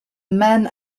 man